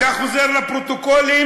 אתה חוזר לפרוטוקולים,